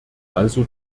also